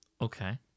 Okay